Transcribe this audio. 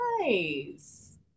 Nice